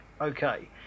okay